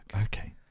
Okay